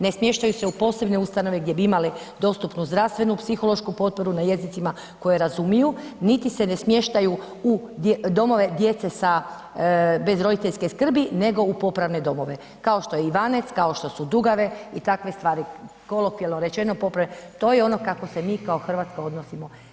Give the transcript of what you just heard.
Ne smještaju se u posebne ustanove gdje bi imali dostupnu zdravstvenu psihološku potporu na jezicima koje razumiju, nit se ne smještaju u domove djece bez roditeljske skrbi, nego u popravne domove, kao što je Ivanec, kao što su Dugave i takve stvari, kolokvijalno rečeno … [[Govornik se ne razumije]] to je ono kako se mi kao RH odnosimo.